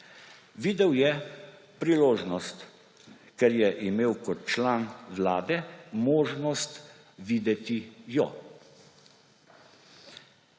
Videl je priložnost, ker je imel kot član vlade možnost videti jo.